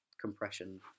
compression